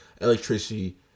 Electricity